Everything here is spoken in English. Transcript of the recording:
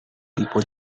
people